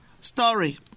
story